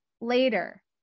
later